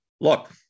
look